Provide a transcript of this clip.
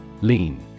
Lean